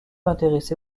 intéressée